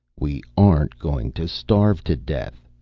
we aren't going to starve to death,